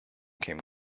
came